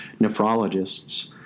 nephrologists